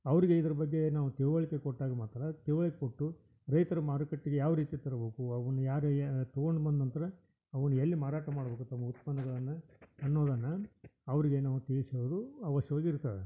ಅವರಿಗೆ ಇದ್ರ ಬಗ್ಗೆ ನಾವು ತಿಳಿವಳ್ಕೆ ಕೊಟ್ಟಾಗ ಮಾತ್ರ ತಿಳ್ವಳ್ಕೆ ಕೊಟ್ಟು ರೈತರು ಮಾರುಕಟ್ಟೆಗೆ ಯಾವ ರೀತಿ ತರ್ಬೇಕು ಅವನ್ನ ಯಾರು ಏ ತೊಗೊಂಡು ಬಂದ ನಂತರ ಅವನ್ನ ಎಲ್ಲಿ ಮಾರಾಟ ಮಾಡ್ಬೇಕು ತಮ್ಮ ಉತ್ಪನ್ನಗಳನ್ನು ಅನ್ನೋದನ್ನು ಅವರಿಗೆ ನಾವು ತಿಳಿಸೋದು ಅವಶ್ಯವಾಗಿ ಇರ್ತದೆ